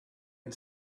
and